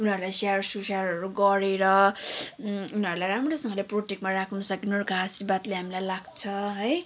उनीहरूलाई स्याहर सुसारहरू गरेर उनीहरूलाई राम्रोसँगले प्रटेक्टमा राख्नसक्नु उनीहरूको आशीर्वादले हामीलाई लाग्छ है